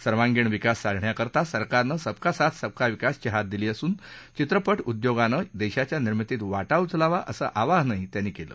सर्वांगिण विकास साधण्याकरता सरकारनं सबका साथ सबका विकासची हाक दिली असून चित्रपट उद्योगानं देशाच्या निर्मितीत वाटा उचलावा असं आवाहन त्यांनी केलं